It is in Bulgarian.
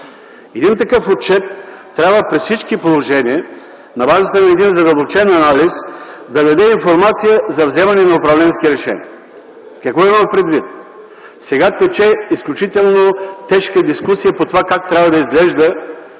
Един такъв отчет, при всички положения на базата на един задълбочен анализ, трябва да даде информация за вземане на управленски решения. Какво имам предвид? Сега тече изключително тежка дискусия по това как трябва да изглежда